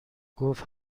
گفت